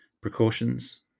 Precautions